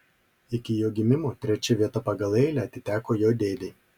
iki jo gimimo trečia vieta pagal eilę atiteko jo dėdei